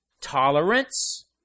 tolerance